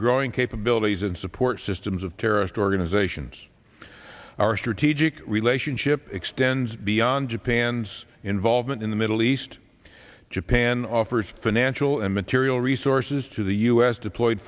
growing capabilities and support systems of terrorist organizations our strategic relationship extends beyond japan's involvement in the middle east japan offers financial and material resources to the u s deployed